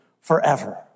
forever